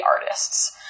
artists